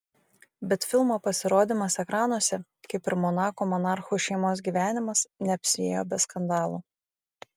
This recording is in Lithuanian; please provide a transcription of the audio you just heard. bet filmo pasirodymas ekranuose kaip ir monako monarchų šeimos gyvenimas neapsiėjo be skandalų